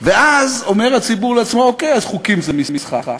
ואז אומר הציבור לעצמו: אוקיי, אז חוקים זה משחק,